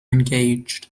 engaged